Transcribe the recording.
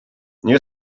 nie